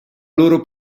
loro